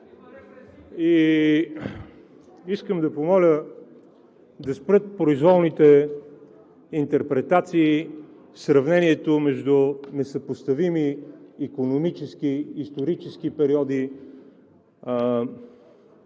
Искам да помоля да спрат произволните интерпретации – сравнението между несъпоставими икономически, исторически периоди,